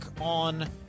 on